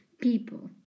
people